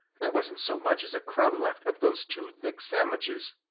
there wasn't so much as a crumb left of those two thick sandwiches.